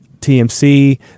TMC